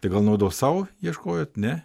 tai gal naudos sau ieškojot ne